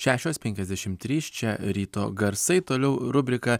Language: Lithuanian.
šešios penkiasdešim trys čia ryto garsai toliau rubrika